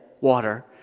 water